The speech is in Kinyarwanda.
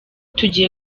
tugiye